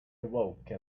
awoke